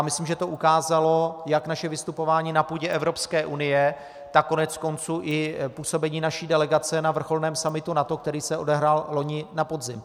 Myslím, že to ukázalo jak naše vystupování na půdě Evropské unie, tak koneckonců i působení naší delegace na vrcholném summitu NATO, který se odehrál loni na podzim.